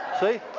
See